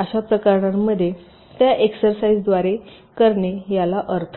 अशा प्रकरणांमध्ये त्या एक्सरसाईज द्वारे करणे याला अर्थ नाही